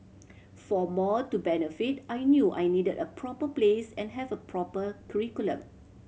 for more to benefit I knew I needed a proper place and have a proper curriculum